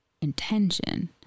intention